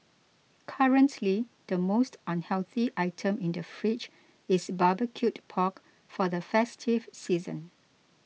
currently the most unhealthy item in the fridge is barbecued pork for the festive season